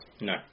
No